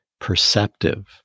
perceptive